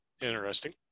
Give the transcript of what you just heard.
Interesting